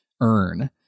earn